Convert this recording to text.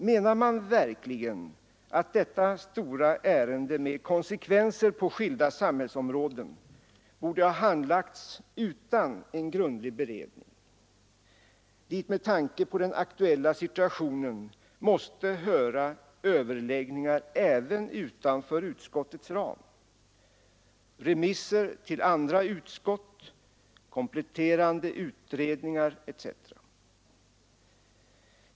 Menar man verkligen att detta stora ärende med konsekvenser på skilda områden borde ha handlagts utan en grundlig beredning, dit med tanke på den aktuella situationen måste höra överläggningar även utanför utskottets ram, remisser till andra utskott, kompletterande utredningar etc.?